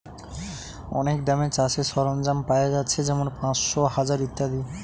অনেক দামে চাষের সরঞ্জাম পায়া যাচ্ছে যেমন পাঁচশ, হাজার ইত্যাদি